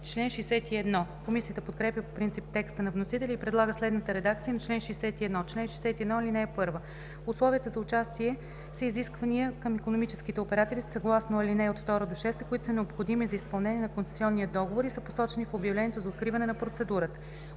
Комисията подкрепя по принцип текста на вносителя и предлага следната редакция на чл. 61: „Чл. 61. (1) Условията за участие са изисквания към икономическите оператори съгласно ал. 2-6, които са необходими за изпълнение на концесионния договор и са посочени в обявлението за откриване на процедурата.